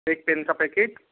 एक पेन का पैकेट